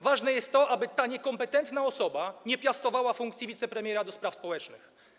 Ważne jest to, aby ta niekompetentna osoba nie piastowała funkcji wicepremiera do spraw społecznych.